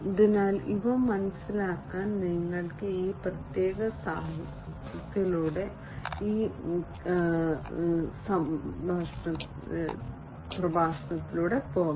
അതിനാൽ ഇവ മനസിലാക്കാൻ നിങ്ങൾക്ക് ഈ പ്രത്യേക സാഹിത്യത്തിലൂടെ പോകാം